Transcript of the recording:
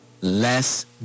Less